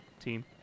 team